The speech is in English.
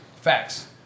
Facts